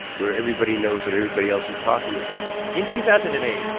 where everybody knows what everybody else is talking about in two thousand and eight,